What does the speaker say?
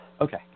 Okay